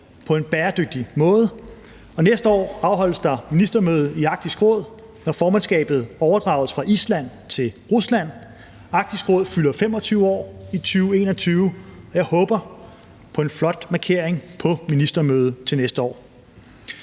på en bæredygtig måde. Næste år afholdes der ministermøde i Arktisk Råd, når formandskabet overdrages fra Island til Rusland. Arktisk Råd fylder 25 år i 2021. Jeg håber på en flot markering på ministermødet til næste år.